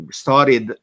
started